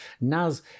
Naz